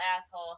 asshole